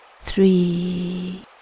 Three